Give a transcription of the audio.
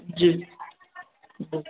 जी